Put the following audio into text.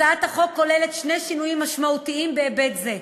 הצעת החוק כוללת שני שינויים משמעותיים בהיבט זה.